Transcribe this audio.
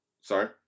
sorry